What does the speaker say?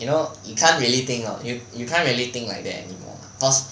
you know you can't really of you you can't really think like that anymore cause